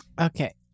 Okay